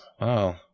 Wow